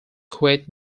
kuwait